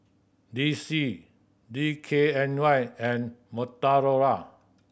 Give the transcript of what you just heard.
D C D K N Y and Motorola